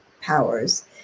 powers